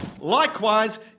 Likewise